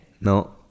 No